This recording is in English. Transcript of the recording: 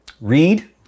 Read